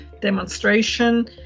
demonstration